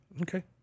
Okay